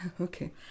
Okay